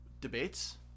debates